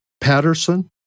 Patterson